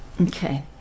Okay